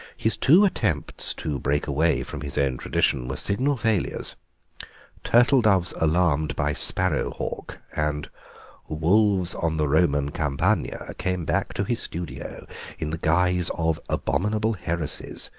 his two attempts to break away from his own tradition were signal failures turtle doves alarmed by sparrow-hawk and wolves on the roman campagna came back to his studio in the guise of abominable heresies,